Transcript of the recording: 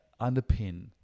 underpin